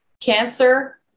cancer